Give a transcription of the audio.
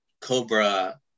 Cobra